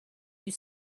you